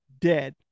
dead